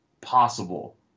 possible